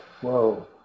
whoa